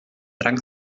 drank